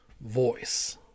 voice